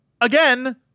again